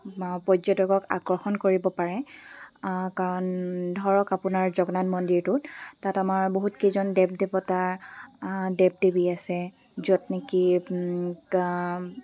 পৰ্যটকক আকৰ্ষণ কৰিব পাৰে কাৰণ ধৰক আপোনাৰ জগন্নাথ মন্দিৰটোত তাত আমাৰ বহুতকেইজন দেৱ দেৱতাৰ দেৱ দেৱী আছে য'ত নেকি